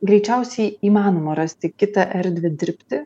greičiausiai įmanoma rasti kitą erdvę dirbti